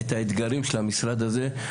את האתגרים של המשרד הזה,